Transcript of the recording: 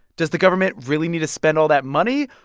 does the government really need to spend all that money,